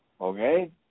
Okay